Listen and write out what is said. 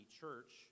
church